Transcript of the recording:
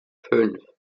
fünf